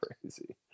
crazy